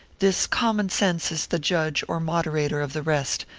this common sense is the judge or moderator of the rest,